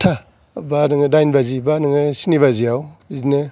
आदथा बा नोङो दाइन बाजि बा नोङो स्नि बाजिआव बिदिनो